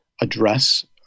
address